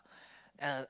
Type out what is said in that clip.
uh